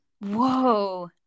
Whoa